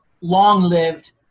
long-lived